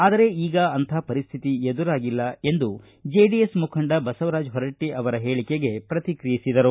ಆದರೆ ಈಗ ಅಂಥ ಪರಿಸ್ಟಿತಿ ಎದುರಾಗಿಲ್ಲ ಎಂದು ಜೆಡಿಎಸ್ ಮುಖಂಡ ಬಸವರಾಜ ಹೊರಟ್ಸ ಅವರ ಹೇಳಿಕೆಗೆ ಪ್ರತಿಕ್ರಿಯಿಸಿದರು